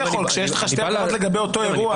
כשיש לך שתי עבירות לגבי אותו אירוע,